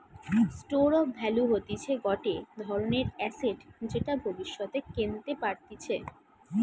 store of value হতিছে গটে ধরণের এসেট যেটা ভব্যিষতে কেনতে পারতিছে